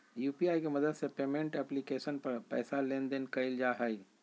UPI के मदद से पेमेंट एप्लीकेशन पर पैसा लेन देन कइल जा हइ